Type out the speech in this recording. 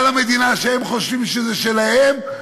על המדינה שהם חושבים שהיא שלהם,